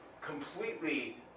completely